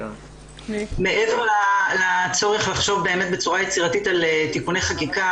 מעבר לצורך לחשוב באופן יצירתי על תיקוני חקיקה